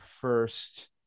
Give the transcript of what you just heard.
first